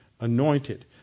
anointed